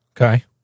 Okay